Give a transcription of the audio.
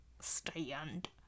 stand